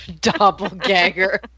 Doppelganger